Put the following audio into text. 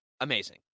amazing